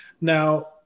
Now